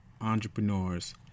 entrepreneurs